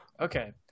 Okay